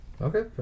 Okay